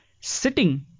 sitting